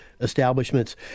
establishments